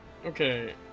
Okay